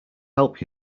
help